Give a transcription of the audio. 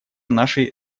нашей